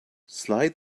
slide